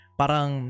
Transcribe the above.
parang